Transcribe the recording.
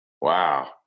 Wow